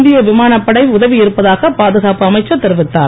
இந்திய விமானப் படை உதவியிருப்பதாக பாதுகாப்பு அமைச்சர் தெரிவித்தார்